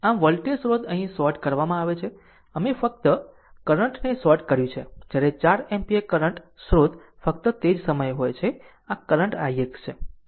આમ વોલ્ટેજ સ્રોત અહીં શોર્ટ કરવામાં આવે છે અમે ફક્ત કરંટ ને શોર્ટ કર્યું છે જ્યારે 4 એમ્પીયર કરંટ સ્રોત ફક્ત તે જ સમયે હોય છે આ કરંટ ix છે